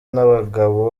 n’abagabo